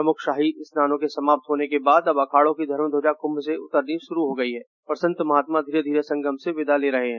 प्रमुख शाही स्नानों के समाप्त होन के बाद अब अखाड़ों की धर्मध्वजा कृंभ से उतरनी शुरू हो गई है और संत महात्मा धीरे धीरे संगम से विदा हो रहे हैं